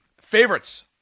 favorites